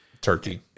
Turkey